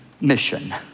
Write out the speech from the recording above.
mission